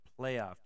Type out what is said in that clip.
playoff